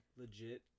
legit